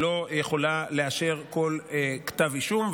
שלא יכולה לאשר כל כתב אישום,